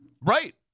Right